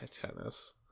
tennis